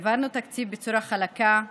העברנו תקציב בצורה חלקה,